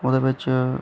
ओह्दे बिच